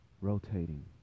rotating